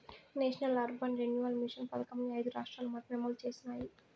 national urban renewal mission పథకంని ఐదు రాష్ట్రాలు మాత్రమే అమలు చేసినాయి